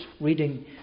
reading